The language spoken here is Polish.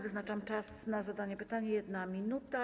Wyznaczam czas na zadanie pytania - 1 minuta.